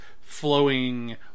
flowing